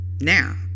now